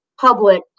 public